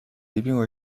并未